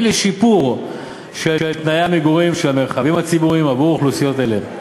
לשיפור של תנאי המגורים ושל המרחבים הציבוריים עבור אוכלוסיות אלה.